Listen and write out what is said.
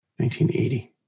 1980